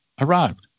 arrived